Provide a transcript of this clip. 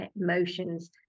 emotions